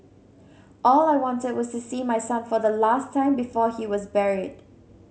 all I wanted was to see my son for the last time before he was buried